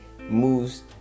moves